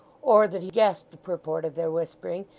or that he guessed the purport of their whispering,